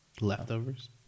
Leftovers